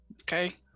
Okay